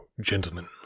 gentlemen